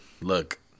look